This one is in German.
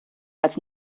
als